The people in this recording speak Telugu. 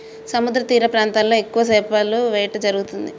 సముద్రతీర ప్రాంతాల్లో ఎక్కువ చేపల వేట జరుగుతుంది